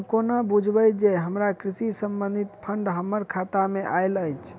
हम कोना बुझबै जे हमरा कृषि संबंधित फंड हम्मर खाता मे आइल अछि?